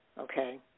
okay